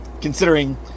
Considering